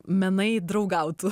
menai draugautų